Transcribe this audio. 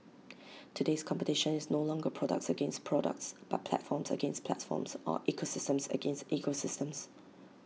today's competition is no longer products against products but platforms against platforms or ecosystems against ecosystems